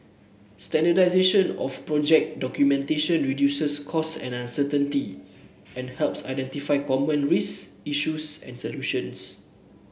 standardisation of project documentation reduces cost and uncertainty and helps identify common risk issues and solutions